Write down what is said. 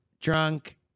drunk